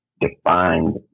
defined